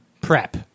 Prep